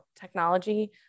technology